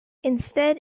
instead